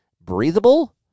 breathable